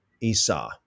Esau